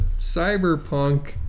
Cyberpunk